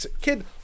kid